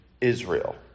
Israel